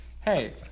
hey